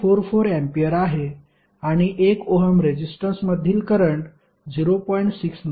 44 ampere आहे आणि 1 ohm रेजिस्टन्समधील करंट 0